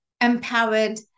empowered